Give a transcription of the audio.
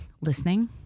listening